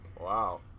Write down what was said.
Wow